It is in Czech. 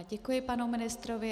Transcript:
Děkuji panu ministrovi.